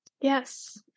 Yes